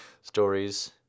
stories